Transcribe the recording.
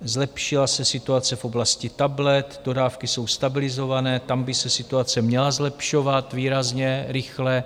Zlepšila se situace v oblasti tablet, dodávky jsou stabilizované, tam by se situace měla zlepšovat výrazně rychle.